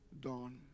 dawn